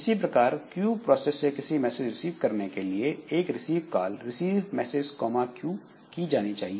इसी प्रकार Q process से किसी मैसेज रिसीव करने के लिए एक receive call receive message Q की जानी चाहिए